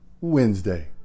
Wednesday